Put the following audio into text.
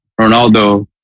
Ronaldo